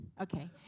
Okay